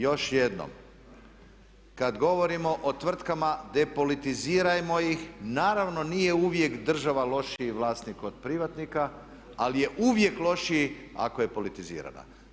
Još jednom, kad govorimo o tvrtkama depolitizirajmo ih, naravno nije uvijek država lošiji vlasnik od privatnika ali je uvijek lošiji ako je politizirana.